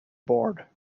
bored